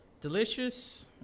Delicious